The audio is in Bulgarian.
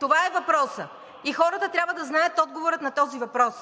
Това е въпросът и хората трябва да знаят отговора на този въпрос.